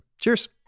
cheers